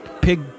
pig